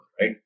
right